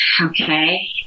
okay